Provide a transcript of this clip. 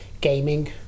gaming